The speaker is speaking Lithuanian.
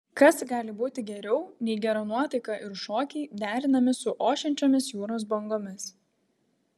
kas gali būti geriau nei gera nuotaika ir šokiai derinami su ošiančiomis jūros bangomis